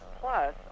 Plus